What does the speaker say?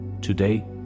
Today